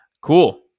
cool